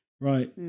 Right